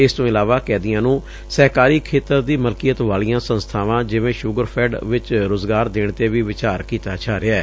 ਇਸ ਤੋ ਇਲਾਵਾ ਕੈਦੀਆਂ ਨੂੰ ਸਹਿਕਾਰੀ ਖੇਤਰ ਦੀ ਮਲਕੀਅਤ ਵਾਲੀਆਂ ਸੰਸਬਾਵਾਂ ਜਿਵੇਂ ਸੂਗਰਫੈਡ ਵਿੱਚ ਰੁਜ਼ਗਾਰ ਦੇਣ ਤੇ ਵੀ ਵਿਚਾਰ ਕੀਤਾ ਜਾ ਰਿਹੈ